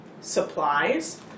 Supplies